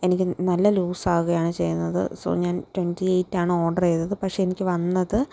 എനിക്ക് നല്ല ലൂസ് ആവുകയാണ് ചെയ്യുന്നത് സോ ഞാൻ ട്വൻറ്റി ഏയ്റ്റ് ആണ് ഓർഡർ ചെയ്തത് പക്ഷേ എനിക്ക് വന്നത്